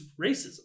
racism